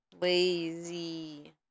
lazy